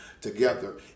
together